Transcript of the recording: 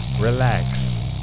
Relax